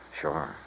sure